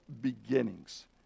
beginnings